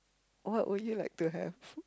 what would you like to have